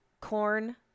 corn